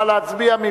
נא להצביע.